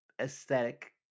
Aesthetic